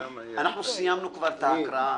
אנחנו סיימנו כבר את ההקראה,